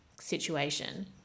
situation